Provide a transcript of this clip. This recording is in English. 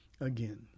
again